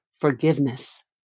forgiveness